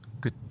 Good